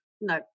no